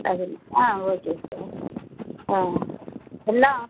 பதினா ஆ okay sir ஆ எல்லாம்